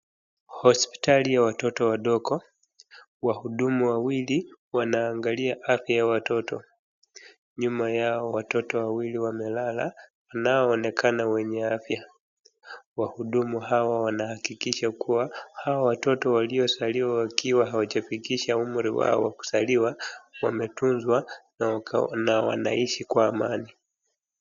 Hospitali ya watoto wadogo ,wahudumu wawili wanaangalia afya ya watoto. Nyuma yao watoto wawili wamelala inavyoonekana wenye afya .Wahudumu hawa wanahakikisha kuwa hawa watoto waliozaliwa wakiwa wajafikisha umri wao wa kuzaliwa wametunzwa na wanaishi kwa amani.